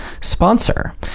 sponsor